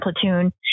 platoon